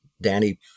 Danny